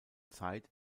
zeit